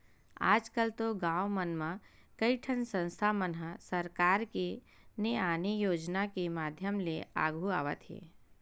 आजकल तो गाँव मन म कइठन संस्था मन ह सरकार के ने आने योजना के माधियम ले आघु आवत हे